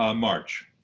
um march.